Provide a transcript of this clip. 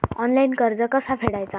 Online कर्ज कसा फेडायचा?